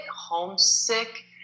homesick